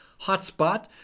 hotspot